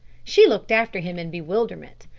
she looked after him in bewilderment.